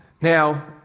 Now